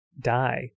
die